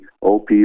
OP